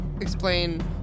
explain